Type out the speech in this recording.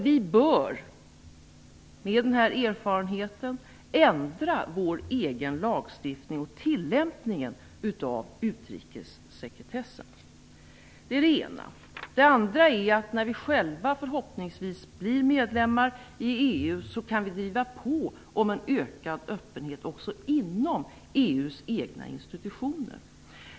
Vi bör med den här erfarenheten ändra vår egen lagstiftning och tillämpningen av utrikessekretessen. Det är det ena. Det andra är att vi, när Sverige förhoppningsvis blir medlem i EU, kan driva på om en ökad öppenhet också inom EU:s egna institutioner.